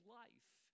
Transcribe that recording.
life